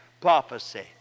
prophecy